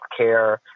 healthcare